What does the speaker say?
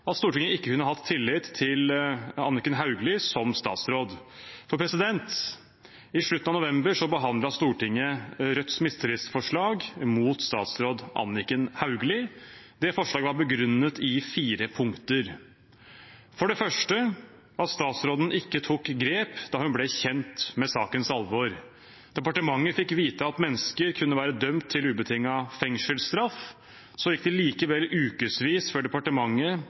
at Stortinget ikke kunne hatt tillit til Anniken Hauglie som statsråd. I slutten av november behandlet Stortinget Rødts mistillitsforslag mot statsråd Anniken Hauglie. Det forslaget var begrunnet i fire punkter: for det første at statsråden ikke tok grep da hun ble kjent med sakens alvor. Departementet fikk vite at mennesker kunne være dømt til ubetinget fengselsstraff. Så gikk det likevel uker før departementet